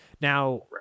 now